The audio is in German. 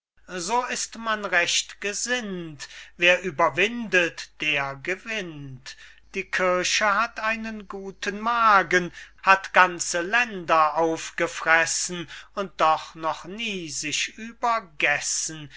so ist man recht gesinnt wer überwindet der gewinnt die kirche hat einen guten magen hat ganze länder aufgefressen und doch noch nie sich